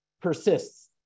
persists